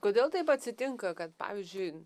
kodėl taip atsitinka kad pavyzdžiui